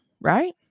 right